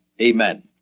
amen